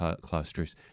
clusters